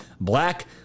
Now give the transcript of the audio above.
black